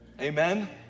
Amen